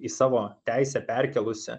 į savo teisę perkėlusi